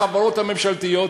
החברות הממשלתיות.